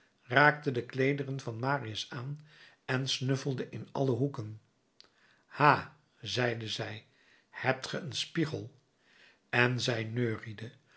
raakte de kleederen van marius aan en snuffelde in alle hoeken ha zeide zij hebt ge een spiegel en zij